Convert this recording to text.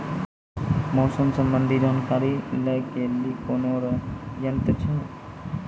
मौसम संबंधी जानकारी ले के लिए कोनोर यन्त्र छ?